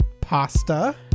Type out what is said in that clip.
Pasta